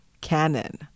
Canon